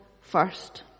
first